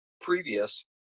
previous